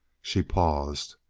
she paused.